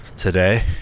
Today